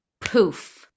Poof